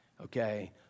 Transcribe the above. Okay